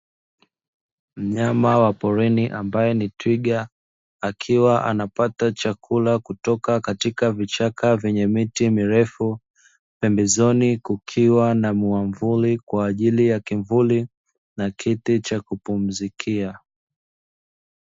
Mnyama wa porini ambae ni twiga, akiwa anapata chakula kutoka katika vichaka vyenye miti mirefu, pembezoni kukiwa na mwamvuli kwa ajili ya kivuli na kiti cha kupumzikia.